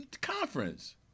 conference